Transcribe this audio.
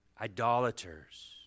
idolaters